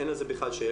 אין על זה בכלל שאלה.